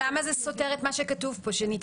למה זה סותר את מה שכתוב כאן?